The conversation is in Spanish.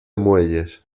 muelles